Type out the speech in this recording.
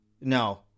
No